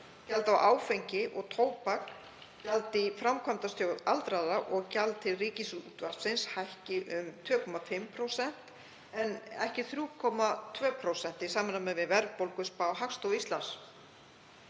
gjald á áfengi og tóbaki, gjald í Framkvæmdasjóð aldraðra og gjald til Ríkisútvarpsins hækki um 2,5% en ekki 3,2% í samræmi við verðbólguspá Hagstofu Íslands.